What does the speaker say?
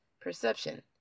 perception